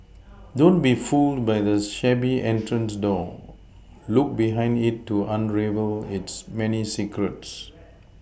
don't be fooled by the shabby entrance door look behind it to unravel its many secrets